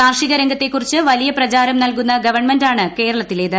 കാർഷികരംഗത്തെക്കുറിച്ച് വലിയ പ്രചാരം നൽകുന്ന ഗവൺമെൻാണ് കേരളത്തിലേത്